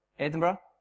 Edinburgh